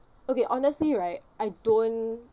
okay honestly right I don't